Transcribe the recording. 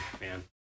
man